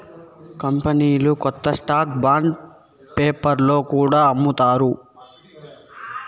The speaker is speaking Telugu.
కంపెనీలు కొత్త స్టాక్ బాండ్ పేపర్లో కూడా అమ్ముతారు